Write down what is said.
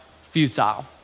futile